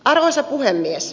arvoisa puhemies